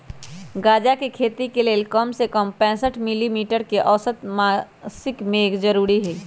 गजा के खेती के लेल कम से कम पैंसठ मिली मीटर के औसत मासिक मेघ जरूरी हई